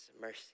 mercy